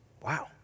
Wow